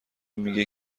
میگه